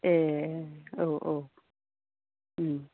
ए औ औ